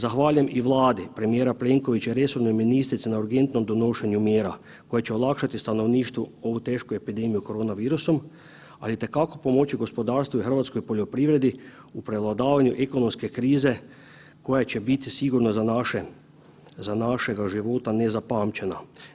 Zahvaljujem i Vladi premijera Plenkovića i resornoj ministrici na urgentnom donošenju mjera koje će olakšati stanovništvu ovu tešku epidemiju korona virusom, ali itekako pomoći gospodarstvu i hrvatskoj poljoprivredi u prevladavanju ekonomske krize koja će biti sigurna za našega života nezapamćena.